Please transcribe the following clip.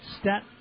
stat